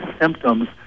symptoms